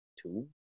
two